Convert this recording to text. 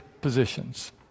positions